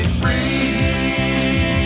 free